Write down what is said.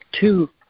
two